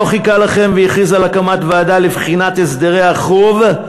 לא חיכה לכם והכריז על הקמת ועדה לבחינת הסדרי החוב,